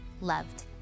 loved